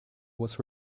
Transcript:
was